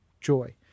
joy